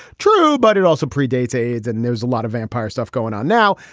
true but it also predates aids and there's a lot of vampire stuff going on now.